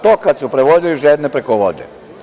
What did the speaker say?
To kad su prevodili žedne preko vode.